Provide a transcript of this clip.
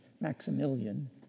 Maximilian